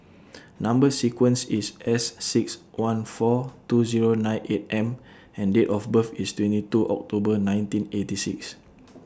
Number sequence IS S six one four two Zero nine eight M and Date of birth IS twenty two October nineteen eighty six